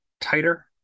tighter